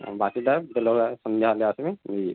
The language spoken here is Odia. ହଁ ବାକିଟା ଦେଲାବେଲେ ସନ୍ଧ୍ୟା ବେଲେ ଆସ୍ମି ନେଇଯିମି